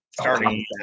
starting